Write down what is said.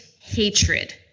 hatred